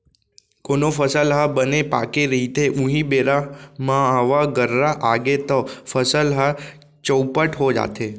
कोनो फसल ह बने पाके रहिथे उहीं बेरा म हवा गर्रा आगे तव फसल ह चउपट हो जाथे